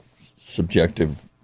subjective